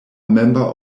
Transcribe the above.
member